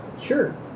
Sure